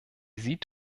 sieht